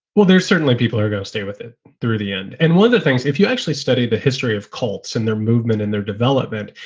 well, there's certainly people who go stay with it through the end. and one of the things, if you actually study the history of cults and their movement and their development,